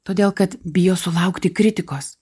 todėl kad bijo sulaukti kritikos